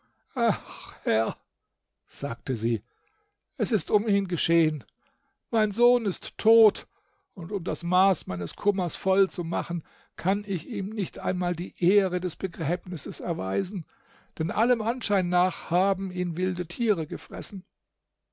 herr sagte sie es ist um ihn geschehen mein sohn ist tot und um das maß meines kummers voll zu machen kann ich ihm nicht einmal die ehre des begräbnisses erweisen denn allem anschein nach haben ihn wilde tiere gefressen